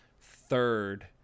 third